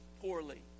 poorly